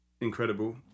incredible